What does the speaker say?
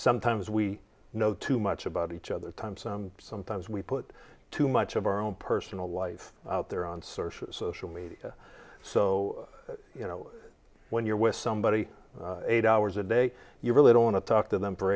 sometimes we know too much about each other time some sometimes we put too much of our own personal life there on search social media so you know when you're with somebody eight hours a day you really don't want to talk to them for